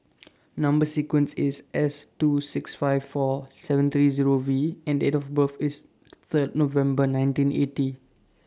Number sequence IS S two six five four seven three Zero V and Date of birth IS Third November nineteen eighty